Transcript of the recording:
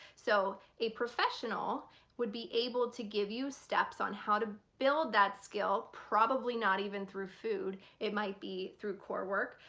so a professional would be able to give you steps on how to build that skill, probably not even through food. it might be through core work,